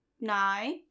Nine